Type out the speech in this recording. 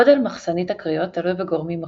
גודל מחסנית הקריאות תלוי בגורמים רבים,